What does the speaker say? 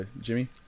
Jimmy